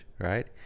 right